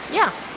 yeah,